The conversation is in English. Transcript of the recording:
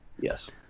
yes